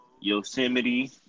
Yosemite